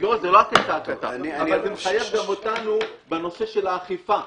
אבל זה מחייב גם אותנו בנושא של האכיפה,